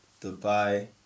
Dubai